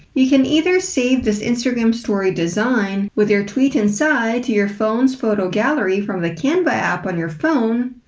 you can either save this instagram story design with your tweet inside to your phone's photo gallery from the canva app on your phone,